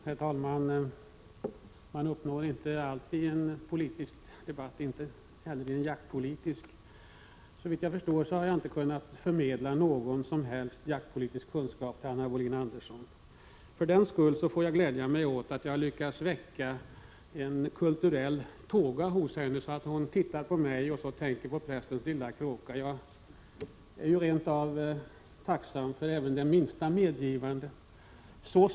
Herr talman! Man uppnår inte alltid vad man vill i en politisk debatt — inte heller i en jaktpolitisk. Såvitt jag förstår har jag inte kunnat förmedla någon som helst jaktpolitisk kunskap till Anna Wohlin-Andersson. Jag får nöja mig med att glädja mig åt att jag lyckats väcka en kulturell tåga hos henne: hon tittar på mig och tänker på prästens lilla kråka. Jag är ödmjuk och tacksam för det minsta medgivande.